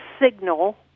signal